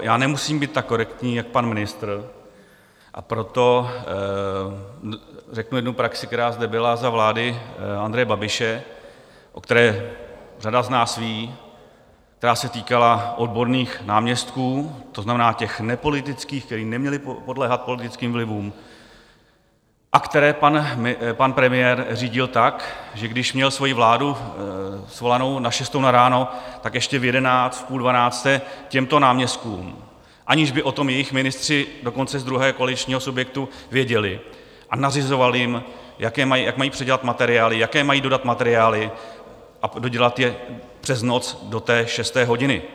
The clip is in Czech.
Já nemusím být tak korektní jako pan ministr, a proto řeknu jednu praxi, která zde byla za vlády Andreje Babiše, o které řada z nás ví, která se týkala odborných náměstků, to znamená těch nepolitických, kteří neměli podléhat politickým vlivům a které pan premiér řídil tak, že když měl svoji vládu svolanou na šestou na ráno, ještě v jedenáct, v půl dvanácté těmto náměstkům, aniž by o tom jejich ministři, dokonce z druhého koaličního subjektu, věděli, nařizoval, jak mají předělat materiály, jaké mají dodat materiály a dodělat je přes noc do té šesté hodiny.